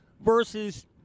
versus